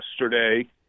yesterday